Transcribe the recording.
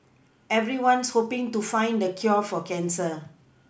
everyone's hoPing to find the cure for cancer